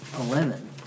Eleven